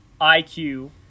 IQ